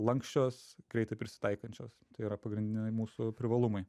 lanksčios greitai prisitaikančios tai yra pagrindiniai mūsų privalumai